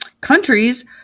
countries